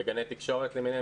בגני תקשורת למיניהם,